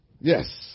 Yes